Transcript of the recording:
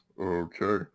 okay